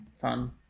Fun